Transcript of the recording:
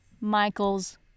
Michael's